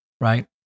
Right